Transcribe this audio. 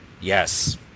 Yes